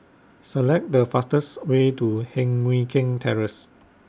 Select The fastest Way to Heng Mui Keng Terrace